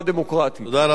תודה רבה לאדוני.